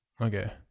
Okay